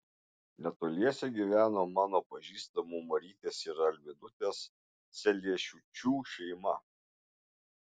netoliese gyveno mano pažįstamų marytės ir albinutės celiešiūčių šeima